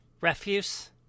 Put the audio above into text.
refuse